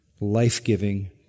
life-giving